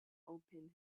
opened